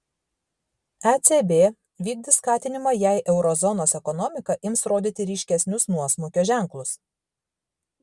ecb vykdys skatinimą jei euro zonos ekonomika ims rodyti ryškesnius nuosmukio ženklus